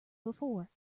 before